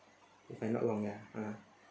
if I not wrong ah